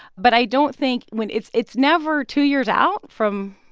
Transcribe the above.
but i don't think when it's it's never two years out from